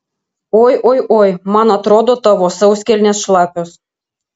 oi oi oi man atrodo tavo sauskelnės šlapios